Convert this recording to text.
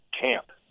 camp